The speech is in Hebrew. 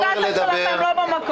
לדבר.